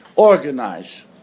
organize